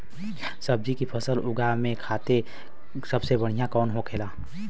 सब्जी की फसल उगा में खाते सबसे बढ़ियां कौन होखेला?